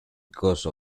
because